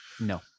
No